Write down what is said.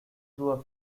through